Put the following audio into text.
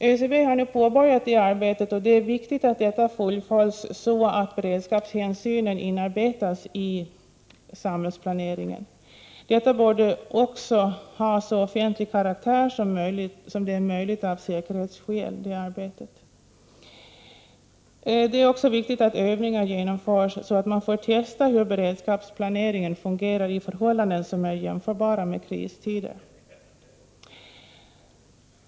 ÖCB har nu påbörjat sitt arbete, och det är viktigt att detta fullföljs så att beredskapshänsynen inarbetas i samhällsplaneringen. Detta arbete borde ha så offentlig karaktär som det är möjligt av säkerhetsskäl. Det är också viktigt att övningar genomförs, så att man får testa hur beredskapsplaneringen fungerar i förhållanden som är jämförbara med kristider.